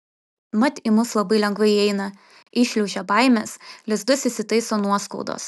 mat į mus labai lengvai įeina įšliaužia baimės lizdus įsitaiso nuoskaudos